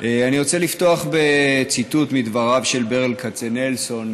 אני רוצה לפתוח בציטוט מדבריו של ברל כצנלסון,